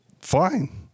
Fine